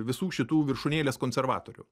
visų šitų viršūnėlės konservatorių